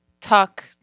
talk